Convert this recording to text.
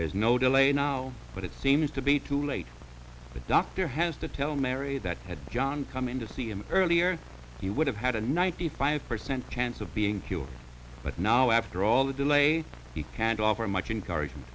there's no delay now but it seems to be too late the doctor has to tell mary that had john come in to see him earlier he would have had a ninety five percent chance of being cured but now after all the delay he can't offer much encouragement